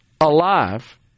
alive